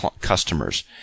customers